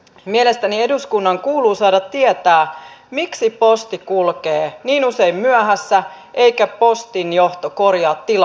mielestäni eduskunnan kuuluu saada tietää miksi posti kulkee niin usein myöhässä eikä postin johto korjaa tilannetta